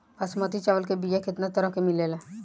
बासमती चावल के बीया केतना तरह के मिलेला?